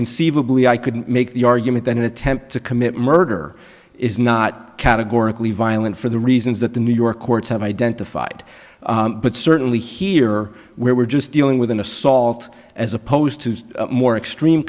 conceivably i could make the argument that an attempt to commit murder is not categorically violent for the reasons that the new york courts have identified but certainly here where we're just dealing with an assault as opposed to more extreme